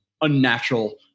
unnatural